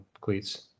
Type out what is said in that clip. cleats